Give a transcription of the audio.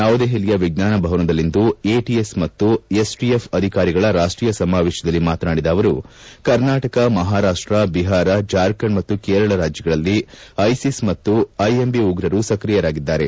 ನವೆದೆಹಲಿಯ ವಿಜ್ವಾನ ಭವನದಲ್ಲಿಂದು ಎಟಿಎಸ್ ಮತ್ತು ಎಸ್ಟಿಎಫ್ ಅಧಿಕಾರಿಗಳ ರಾಷ್ಟೀಯ ಸಮಾವೇಶದಲ್ಲಿ ಮಾತನಾಡಿದ ಅವರು ಕರ್ನಾಟಕ ಮಹಾರಾಷ್ಸ ಬಿಹಾರ ಜಾರ್ಖಂಡ್ ಮತ್ತು ಕೇರಳ ರಾಜ್ಗಳಲ್ಲಿ ಐಸಿಸ್ ಮತ್ತು ಐಎಂಬಿ ಉಗ್ರರು ಸ್ಕ್ರಿಯರಾಗಿದ್ದಾರೆ